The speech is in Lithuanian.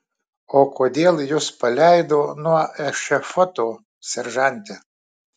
o kodėl jus paleido nuo ešafoto seržante